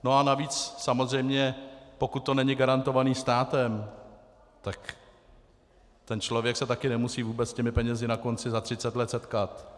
A navíc samozřejmě, pokud to není garantované státem, tak ten člověk se také nemusí třeba s těmi penězi na konci za 30 let setkat.